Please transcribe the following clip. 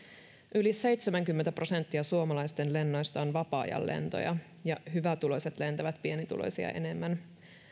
yli seitsemänkymmentä prosenttia suomalaisten lennoista on vapaa ajanlentoja ja hyvätuloiset lentävät pienituloisia enemmän